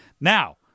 Now